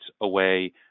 away